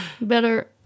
better